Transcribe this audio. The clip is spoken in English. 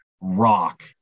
rock